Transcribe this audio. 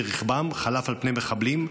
רכבם חלף על פני מחבלים,